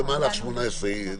במהלך 2018 היא נחקקה.